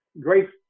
great